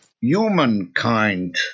humankind